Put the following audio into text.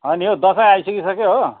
हो नि हौ दसैँ आइ सकिसक्यो हो